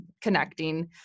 connecting